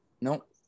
Nope